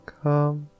come